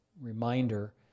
reminder